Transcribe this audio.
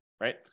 right